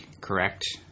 correct